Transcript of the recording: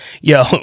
Yo